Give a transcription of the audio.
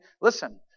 listen